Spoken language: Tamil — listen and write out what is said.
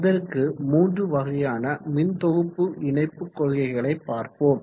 அதற்கு மூன்று வகையான மின்தொகுப்பு இணைப்பு கொள்கைகளை பார்ப்போம்